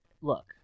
Look